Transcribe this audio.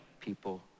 people